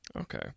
okay